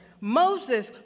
Moses